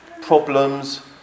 problems